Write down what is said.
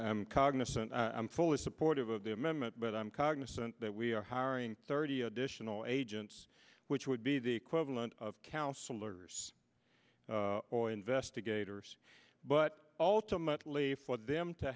i'm cognisant i'm fully supportive of the amendment but i'm cognizant that we are hiring thirty additional agents which would be the equivalent of counselors or investigators but ultimately for them to